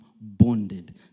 bonded